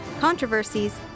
controversies